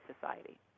society